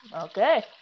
Okay